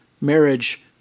marriage